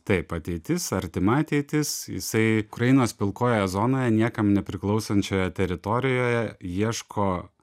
taip ateitis artima ateitis jisai ukrainos pilkojoje zonoje niekam nepriklausančioje teritorijoje ieško